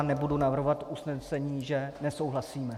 Nebudu navrhovat usnesení, že nesouhlasíme.